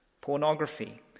Pornography